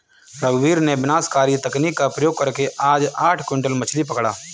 रघुवीर ने विनाशकारी तकनीक का प्रयोग करके आज आठ क्विंटल मछ्ली पकड़ा